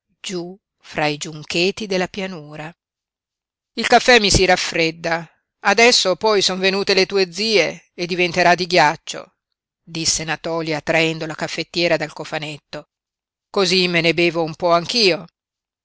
giú fra i giuncheti della pianura il caffè mi si raffredda adesso poi son venute le tue zie e diventerà di ghiaccio disse natòlia traendo la caffettiera dal cofanetto cosí me ne bevo un po anch'io